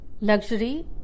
luxury